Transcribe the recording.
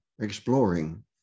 exploring